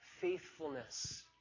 faithfulness